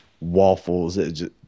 waffles